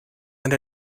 and